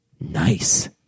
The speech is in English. Nice